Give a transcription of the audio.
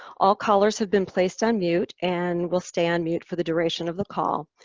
all callers have been placed on mute and will stay on mute for the duration of the call.